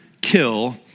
kill